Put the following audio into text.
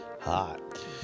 hot